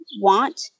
want